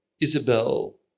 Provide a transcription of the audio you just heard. Isabel